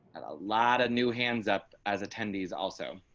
and a lot of new hands up as attendees also